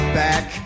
back